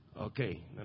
Okay